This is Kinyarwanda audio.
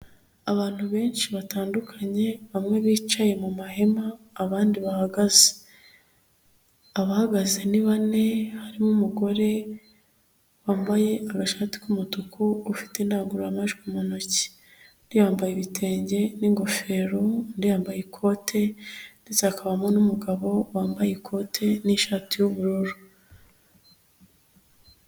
Abantu benshi batandukanye bamwe bicaye mu mahema abandi bahagaze, abahagaze ni bane harimo umugore wambaye agashati k'umutuku ufite idangururamajwi mu ntoki, yambaye ibitenge n'ingofero undi yambaye ikote ndetse hakabamo n'umugabo wambaye ikote n'ishati y'ubururu.